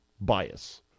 bias